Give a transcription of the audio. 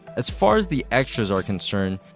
as far as the extras are concerned,